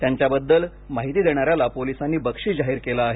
त्यांच्याबद्दल माहिती देणाऱ्याला पोलिसांनी बक्षीस जाहीर केले आहे